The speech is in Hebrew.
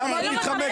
למה את מתחמקת?